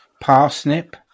parsnip